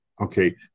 Okay